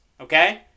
Okay